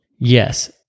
Yes